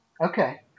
okay